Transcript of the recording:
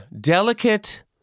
delicate